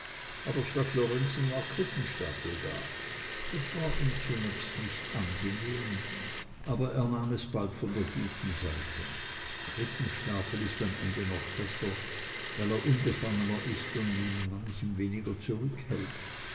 aber statt lorenzen war krippenstapel da das war ihm zunächst nicht angenehm aber er nahm es bald von der guten seite krippenstapel ist am ende noch besser weil er unbefangener ist und mit manchem weniger zurückhält